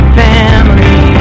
family